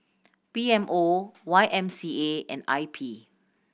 P M O Y M C A and I P